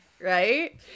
Right